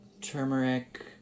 turmeric